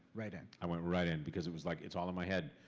right in? i went right in, because it was like, it's all in my head.